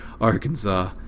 Arkansas